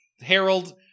Harold